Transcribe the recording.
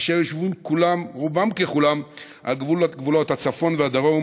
אשר יושבים רובם ככולם על גבולות הצפון והדרום